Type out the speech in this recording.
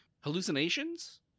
hallucinations